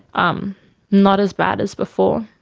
um not as bad as before,